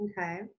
Okay